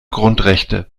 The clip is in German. grundrechte